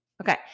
Okay